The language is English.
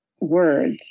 words